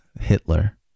Hitler